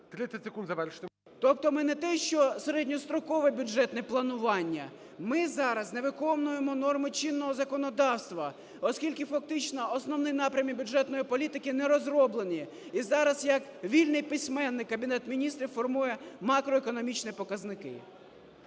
Тобто ми не те, що середньострокове бюджетне планування, ми зараз не виконуємо норми чинного законодавства, оскільки фактично Основні напрямки бюджетної політики не розроблені. І зараз, як вільний письменник, Кабінет Міністрів формує макроекономічні показники.